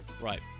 Right